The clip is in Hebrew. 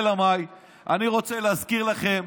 אלא מאי, אני רוצה להזכיר לכם,